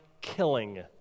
killing